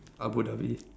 Abu Dhabi